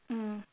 mm